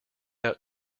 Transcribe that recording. out